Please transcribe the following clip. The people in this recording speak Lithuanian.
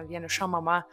vieniša mama